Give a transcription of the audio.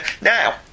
Now